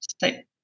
say